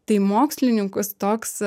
tai mokslininkus toks